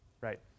Right